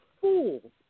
fool